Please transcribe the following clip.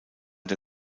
der